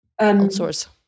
outsource